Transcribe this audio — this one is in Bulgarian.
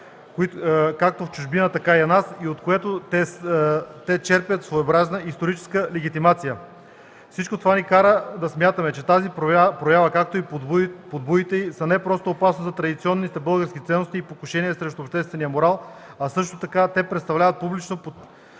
както в чужбина, така и у нас и от което те черпят своеобразна историческа легитимация. Всичко това ни кара да смятаме, че тази проява, както и подбудите й са не просто опасни за традиционните български ценности и покушение срещу обществения морал, а също така представляват публично подтикване